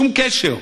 שום קשר.